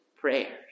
prayers